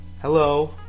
Hello